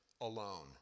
alone